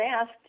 asked